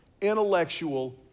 intellectual